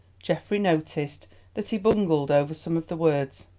geoffrey noticed that he bungled over some of the words,